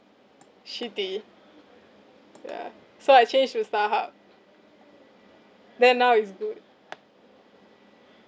shitty yeah so I changed to starhub then now it's good